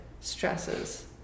stresses